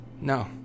No